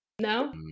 no